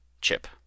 Chip